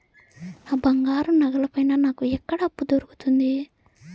నా బంగారు నగల పైన నాకు ఎక్కడ అప్పు దొరుకుతుంది